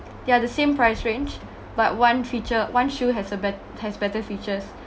they are the same price range but one feature one shoe has a bet~ has better features